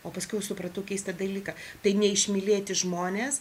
o paskiau supratau keistą dalyką tai neišmylėti žmonės